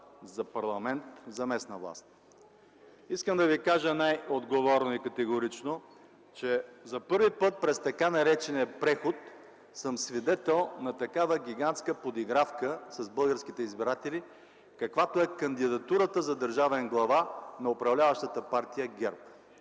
за парламент и за местна власт. Искам да ви кажа най-отговорно и категорично, че за първи път през така наречения преход съм свидетел на такава гигантска подигравка с българските избиратели, каквато е кандидатурата за държавен глава на управляващата партия ГЕРБ.